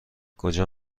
کجا